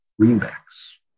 greenbacks